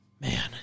man